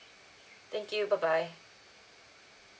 thank you bye bye